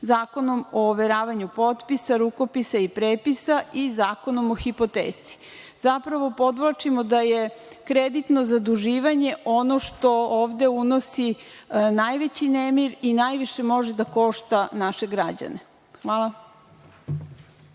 Zakonom o overavanju potpisa, rukopisa i prepisa i Zakonom o hipoteci. Zapravo, podvlačimo da je kreditno zaduživanje ono što ovde unosi najveći nemir i najviše može da košta naše građane. Hvala.